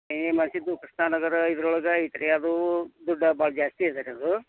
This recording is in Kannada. ಏ ಮಾಡ್ಸಿದ್ದು ಕೃಷ್ಣನಗರ ಇದ್ರೊಳಗೆ ಐತ್ರಿ ಅದು ದುಡ್ಡ ಭಾಳ ಜಾಸ್ತಿ ಅದ ರೀ ಅದು